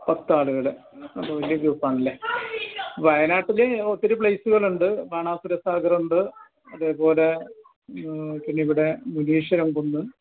പത്താളുകൾ അപ്പോൾ വലിയ ഗ്രൂപ്പാണല്ലേ വയനാട്ടിൽ ഒത്തിരി പ്ലേസുകളുണ്ട് ബാണാസുര സാഗറുണ്ട് അതേപോലെ പിന്നെയിവിടെ മുനീശ്വരം കുന്ന്